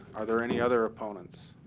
are there any other opponents?